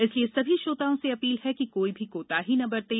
इसलिए सभी श्रोताओं से अपील है कि कोई भी कोताही न बरतें